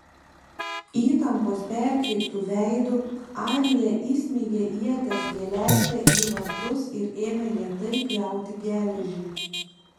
įtampos perkreiptu veidu arija įsmeigė ieties geležtę į vartus ir ėmė lėtai pjauti geležį